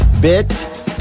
bit